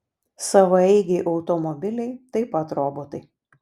savaeigiai automobiliai taip pat robotai